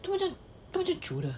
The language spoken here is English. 做么做么这样久的